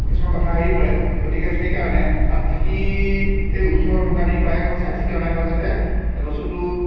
কিছুমান কথা আহি পৰে সেইকাৰণে তাত থাকি এই ওচৰৰ দোকানীৰপৰাই চাই চিটি অনাই ভাল যাতে বস্তুটো